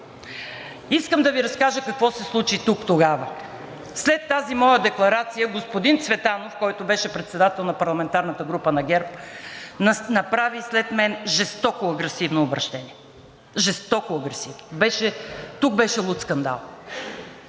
Искам да Ви разкажа какво се случи тук тогава. След тази моя декларация господин Цветанов, който беше председател на парламентарната група на ГЕРБ, направи след мен жестоко агресивно обръщение. Жестоко агресивно! Тук беше луд скандал.